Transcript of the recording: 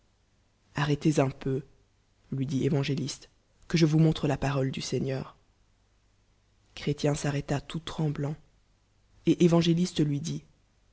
altêtez un pu lui dit é'angéliste que je vous montre la parole du seigneur chrétien s'arrêta tout tremblant et évangéliste lui dit